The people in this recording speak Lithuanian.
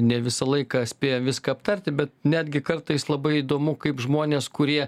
ne visą laiką spėjam viską aptarti bet netgi kartais labai įdomu kaip žmonės kurie